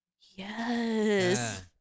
Yes